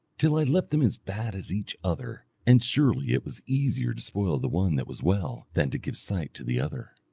till i left them as bad as each other and surely it was easier to spoil the one that was well than to give sight to the other.